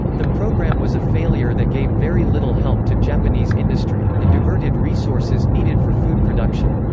the program was a failure that gave very little help to japanese industry, and diverted resources needed for food production.